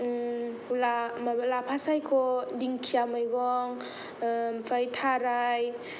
लाफा सायख' दिंखिया मैगं ओमफाय थाराइ